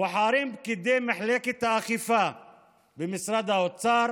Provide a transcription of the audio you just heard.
בוחרים פקידי מחלקת האכיפה במשרד האוצר